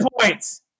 points